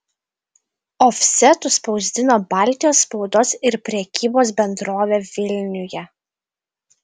ofsetu spausdino baltijos spaudos ir prekybos bendrovė vilniuje